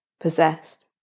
possessed